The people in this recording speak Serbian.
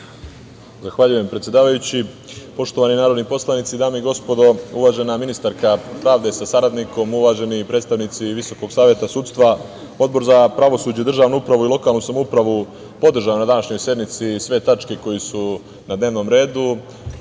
Zahvaljujem, predsedavajući. Poštovani narodni poslanici, dame i gospodo, uvažena ministarka pravde, sa saradnikom, uvaženi predstavnici Visokog saveta sudstva, Odbor za pravosuđe, državnu upravu i lokalnu samoupravu podržao je na današnjoj sednici sve tačke koje su na dnevnom redu,